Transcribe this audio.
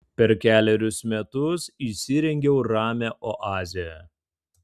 per kelerius metus įsirengiau ramią oazę